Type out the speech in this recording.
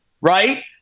right